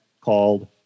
called